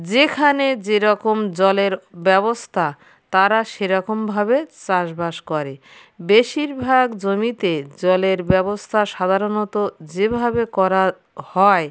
যেখানে যেরকম জলের ব্যবস্থা তারা সেরকমভাবে চাষবাস করে বেশিরভাগ জমিতে জলের ব্যবস্থা সাধারণত যেভাবে করা হয়